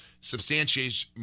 substantiated